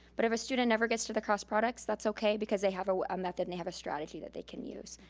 but if a student never gets to the cross-products, that's okay because they have a a method and they have a strategy that they can use.